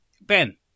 Ben